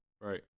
Right